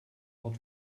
hot